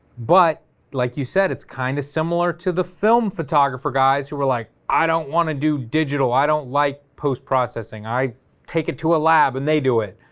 but like you said it's kind of similar to the film photographer guys who were like i don't want to do digital, i don't like post-processing, i take it to a lab and they do it,